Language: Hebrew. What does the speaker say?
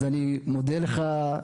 אז אני מודה לך,